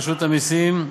רשות המסים,